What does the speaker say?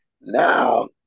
Now